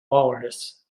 walrus